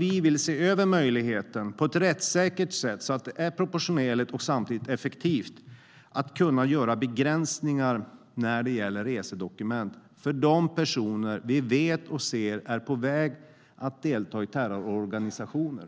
Vi vill se över möjligheten på ett rättssäkert sätt så att det är proportionerligt och samtidigt effektivt att göra begränsningar när det gäller resedokument för de personer vi vet och ser är på väg att gå med i terrororganisationer